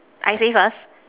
I say first